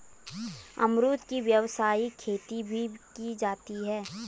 अमरुद की व्यावसायिक खेती भी की जाती है